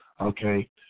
Okay